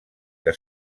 que